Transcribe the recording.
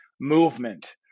movement